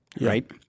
right